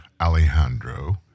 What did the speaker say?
Alejandro